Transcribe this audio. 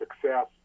success